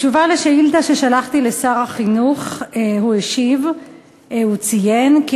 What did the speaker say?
בתשובה על שאילתה ששלחתי לשר החינוך הוא ציין כי